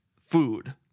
Food